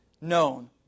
known